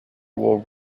will